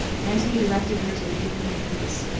antony directed her to leave them in greece.